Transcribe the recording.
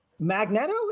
Magneto